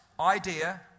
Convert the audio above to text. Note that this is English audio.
idea